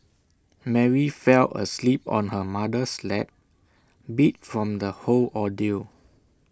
Mary fell asleep on her mother's lap beat from the whole ordeal